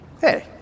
Hey